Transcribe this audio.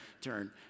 turn